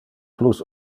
plus